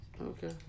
Okay